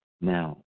Now